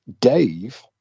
Dave